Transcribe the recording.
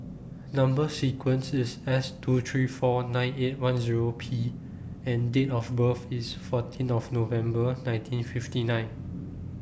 Number sequence IS S two three four nine eight one Zero P and Date of birth IS fourteen of November nineteen fifty nine